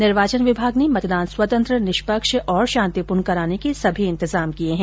निर्वाचन विभाग ने मतदान स्वतंत्र निष्पक्ष और शांतिपूर्ण कराने के सभी इंतजाम किये है